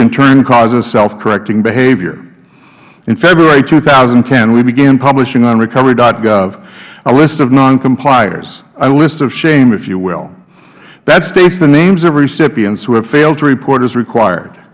in turn causes selfcorrecting behavior in february two thousand and ten we began publishing on recovery gov a list of noncompliers a list of shame if you will that states the names of recipients who have failed to report as required